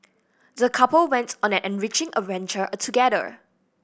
the couple went on an enriching adventure together